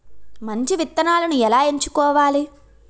మంచి విత్తనాలను ఎలా ఎంచుకోవాలి?